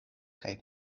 kaj